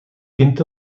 kind